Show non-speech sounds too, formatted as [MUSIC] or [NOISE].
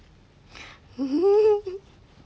[LAUGHS]